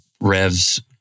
revs